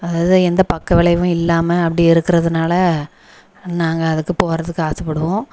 அதாவது எந்த பக்கவிளைவுமே இல்லாமல் அப்படி இருக்கிறதுனால நாங்கள் அதுக்கு போகிறதுக்கு ஆசைப்படுவோம்